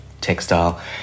textile